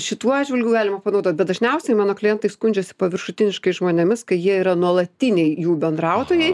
šituo atžvilgiu galima panaudot bet dažniausiai mano klientai skundžiasi paviršutiniškais žmonėmis kai jie yra nuolatiniai jų bendrautojai